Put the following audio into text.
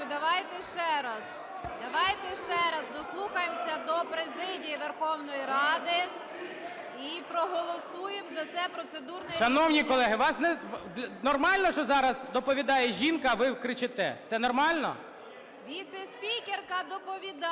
Давайте ще раз дослухаємося до президії Верховної Ради і проголосуємо за це процедурне рішення. ГОЛОВУЮЧИЙ. Шановні колеги, вас… Нормально, що зараз доповідає жінка, а ви кричите? Це нормально? КОНДРАТЮК О.К. Віце-спікерка доповідає.